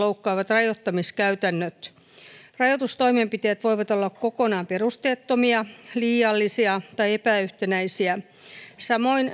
rajoittamiskäytännöt rajoitustoimenpiteet voivat olla kokonaan perusteettomia liiallisia tai epäyhtenäisiä samoin